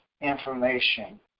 information